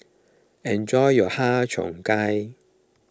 enjoy your Har Cheong Gai